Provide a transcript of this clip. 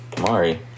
Mari